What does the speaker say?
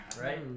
right